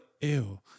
ew